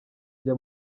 jya